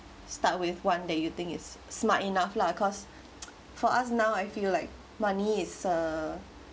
start with one that you think is smart enough lah cause for us now I feel like money is uh